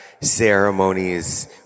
ceremonies